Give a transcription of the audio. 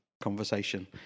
conversation